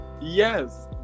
yes